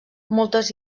moltes